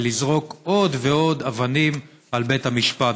זה לזרוק עוד ועוד אבנים על בית המשפט.